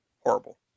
Horrible